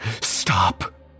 stop